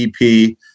EP